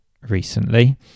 recently